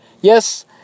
Yes